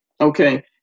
Okay